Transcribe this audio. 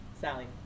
Sally